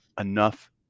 enough